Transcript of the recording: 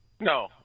No